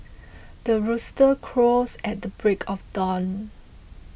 the rooster crows at the break of dawn